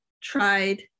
tried